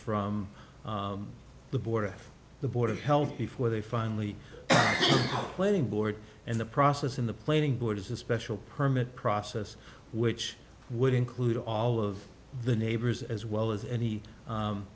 from the board of the board of health before they finally playing board and the process in the planning board is a special permit process which would include all of the neighbors as well as any